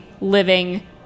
living